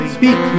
Speak